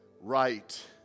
right